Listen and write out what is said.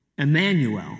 Emmanuel